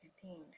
detained